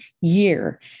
year